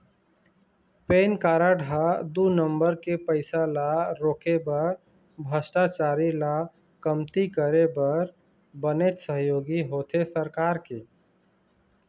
PAN card ह दू number के पइसा ल रोके बर भस्टाचारी ल कमती करे बर बनेच सहयोगी होथे सरकार के